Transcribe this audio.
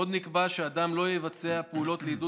עוד נקבע שאדם לא יבצע פעולות לעידוד